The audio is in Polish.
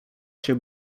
się